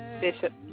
Bishop